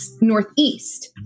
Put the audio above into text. northeast